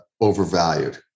overvalued